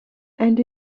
and